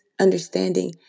understanding